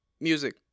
music